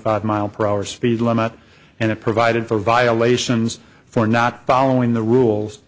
five mile per hour speed limit and it provided for violations for not following the rules